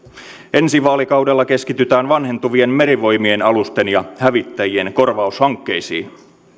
ensi vaalikaudella keskitytään vanhentuvien merivoimien alusten ja hävittäjien korvaushankkeisiin